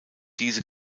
diese